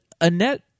Annette